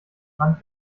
wand